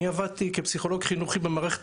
אני עבדתי כפסיכולוג חינוכי במערכת